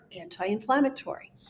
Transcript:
anti-inflammatory